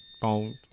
phone